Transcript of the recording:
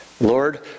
Lord